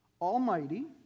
Almighty